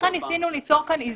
לכן ניסינו ליצור פה איזון.